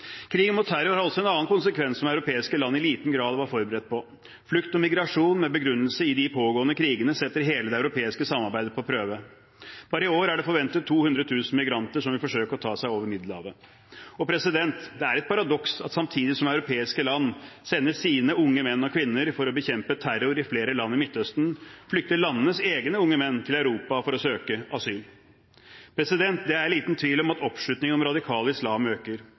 Krigen mot terror har også en annen konsekvens som europeiske land i liten grad var forberedt på. Flukt og migrasjon med begrunnelse i de pågående krigene setter hele det europeiske samarbeidet på prøve. Bare i år er det forventet 200 000 migranter som vil forsøke å ta seg over Middelhavet. Det er et paradoks at samtidig som europeiske land sender sine unge menn og kvinner for å bekjempe terror i flere land i Midtøsten, flykter landenes egne unge menn til Europa for å søke asyl. Det er liten tvil om at oppslutningen om radikal islam øker